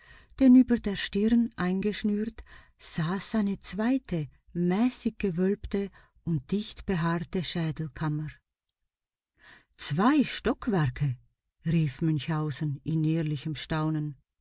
denn über der stirne eingeschnürt saß eine zweite mäßig gewölbte und dichtbehaarte schädelkammer zwei stockwerke rief münchhausen in ehrlichem staunen